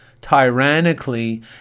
tyrannically